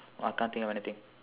I can't think of anything